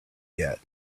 yet